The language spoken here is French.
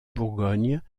bourgogne